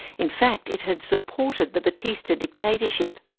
in fact it had supported the batista dictatorship.